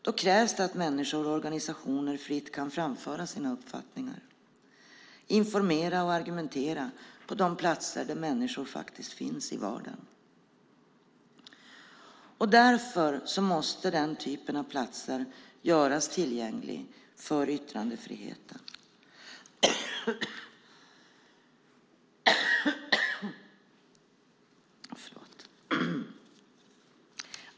Då krävs det att människor och organisationer fritt kan framföra sina uppfattningar och informera och argumentera på de platser där människor finns i vardagen. Därför måste den typen av platser göras tillgänglig för yttrandefriheten.